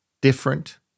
different